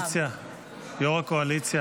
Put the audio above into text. יושב-ראש הקואליציה